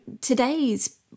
today's